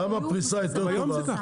למה פריסה יותר גדולה?